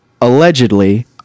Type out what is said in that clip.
Allegedly